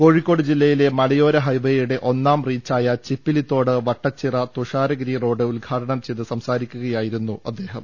കോഴി ക്കോട് ജില്ലയിലെ മലയോര ഹൈവേയുടെ ഒന്നാംറീച്ചായ ചിപ്പിലിത്തോട് വട്ടച്ചിറ തുഷാരഗിരി റോഡ് ഉദ്ഘാടനം ചെയ്ത് സംസാരിക്കുകയായിരുന്നു അദ്ദേഹം